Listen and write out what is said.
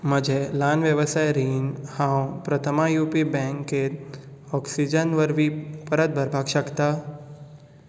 म्हजें ल्हान वेवसाय रीण हांव प्रथमा यू पी बँकेत ऑक्सीजन वरवीं परत भरपाक शकता